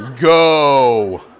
Go